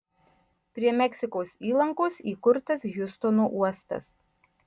prie meksikos įlankos įkurtas hjustono uostas